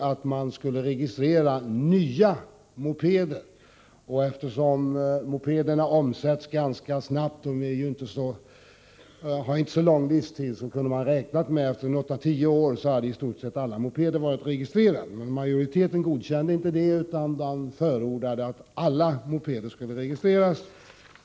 Det var mittenregeringen som först lade fram ett förslag om registrering av nya mopeder. Mopeder har ju ganska kort livslängd. Därför kunde man räkna med att alla mopeder skulle vara registrerade efter åtta till tio år. Men majoriteten godkände inte det förslaget. I stället förordade man att alla mopeder skulle registreras.